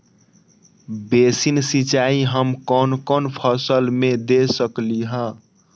Basin सिंचाई हम कौन कौन फसल में दे सकली हां?